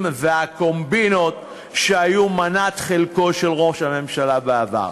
והקומבינות שהיו מנת חלקו של ראש הממשלה בעבר?